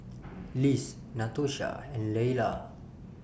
Liz Natosha and Leala